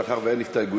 מאחר שאין הסתייגויות.